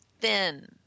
thin